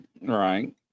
right